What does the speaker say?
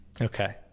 Okay